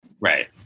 Right